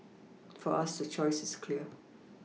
for us the choice is clear